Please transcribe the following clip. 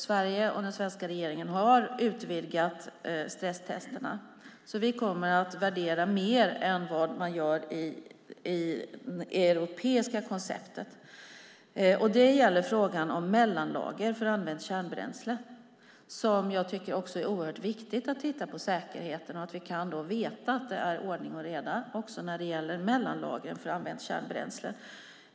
Sverige och den svenska regeringen har faktiskt utvidgat stresstesterna. Vi kommer att värdera mer än vad man gör i det europeiska konceptet. Det gäller frågan om mellanlager för använt kärnbränsle, där jag tycker att det är oerhört viktigt att titta på säkerheten, så att vi kan veta att det är ordning och reda också när det gäller mellanlager för använt kärnbränsle.